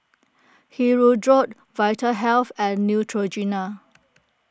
Hirudoid Vitahealth and Neutrogena